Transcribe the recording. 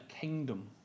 kingdom